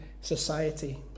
society